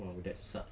!wow! that sucks